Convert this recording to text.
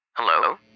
Hello